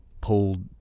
pulled